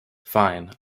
fine